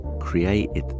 created